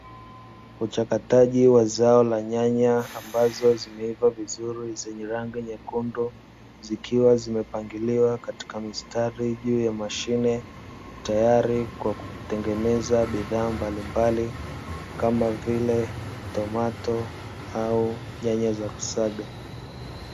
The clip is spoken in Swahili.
Uchakataji wa zao la nyanya, ambazo zimeiva vizuri, zenye rangi nyekundu, zikiwa zimepangiliwa katika mistari juu ya mashine, tayari kwa kutengeneza bidhaa mbalimbali, kama vile, tomato au nyanya za kusaga.